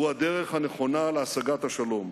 הוא הדרך הנכונה להשגת השלום.